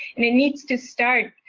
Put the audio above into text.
it needs to start,